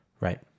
Right